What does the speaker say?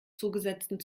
zugesetzten